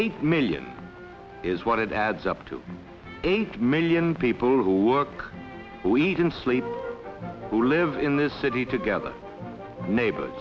eight million is what it adds up to eight million people who work week in sleep who live in this city together neighbor